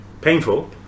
painful